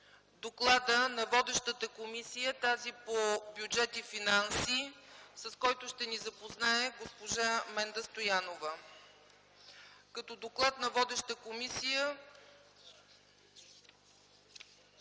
доклада на водещата комисия – Комисията по бюджет и финанси, с който ще ни запознае госпожа Менда Стоянова. Като доклад на водеща комисия